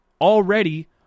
already